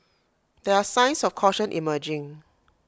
there are signs of caution emerging